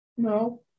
No